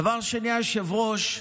דבר שני, היושב-ראש,